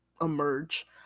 emerge